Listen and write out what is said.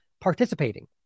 participating